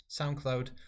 SoundCloud